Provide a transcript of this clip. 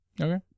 Okay